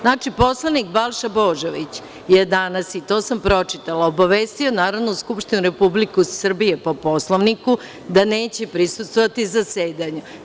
Znači, poslanik Balša Božović je danas, i to sam pročitala, obavestio Narodnu skupštinu Republike Srbije, po Poslovniku, da neće prisustvovati zasedanju.